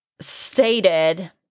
stated